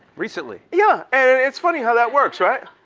recently? yeah, and it's funny how that works, right?